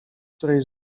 której